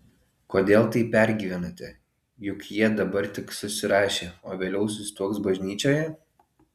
kodėl taip pergyvenate juk jie dabar tik susirašė o vėliau susituoks bažnyčioje